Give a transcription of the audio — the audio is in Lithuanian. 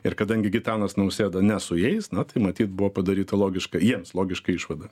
ir kadangi gitanas nausėda ne su jais na tai matyt buvo padaryta logiška jiems logiška išvada